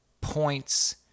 Points